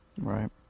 Right